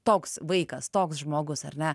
toks vaikas toks žmogus ar ne